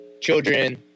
children